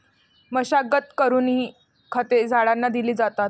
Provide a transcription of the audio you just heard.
मशागत करूनही खते झाडांना दिली जातात